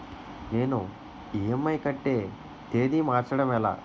నేను ఇ.ఎం.ఐ కట్టే తేదీ మార్చడం ఎలా?